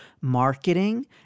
marketing